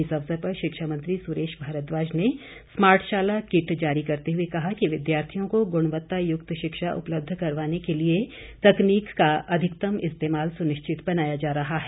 इस अवसर पर शिक्षा मंत्री सुरेश भारद्वाज ने स्मार्टशाला किट जारी करते हुए कहा कि विद्यार्थियों को गुणवत्तायुक्त शिक्षा उपलब्ध करवाने के लिए तकनीक का अधिकतम इस्तेमाल सुनिश्चित बनाया जा रहा है